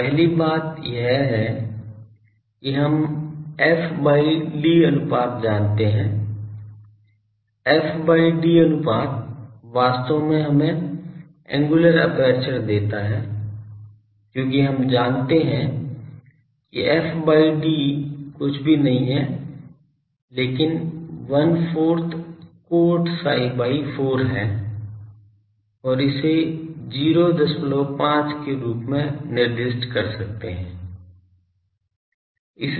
तो पहली बात यह है कि हम f by d अनुपात जानते हैं f by d अनुपात वास्तव में हमें एंगुलर एपर्चर देता है क्योंकि हम जानते हैं कि f by d कुछ भी नहीं है लेकिन one fourth cot psi by 4 है और इसे 05 के रूप में निर्दिष्ट कर सकते है